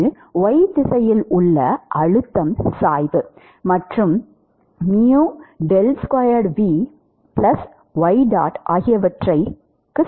இது y திசையில் உள்ள அழுத்தம் சாய்வு மற்றும் ஆகியவற்றை சமம்